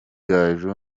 gaju